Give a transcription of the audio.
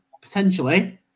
potentially